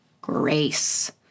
grace